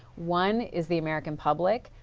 one is the american public,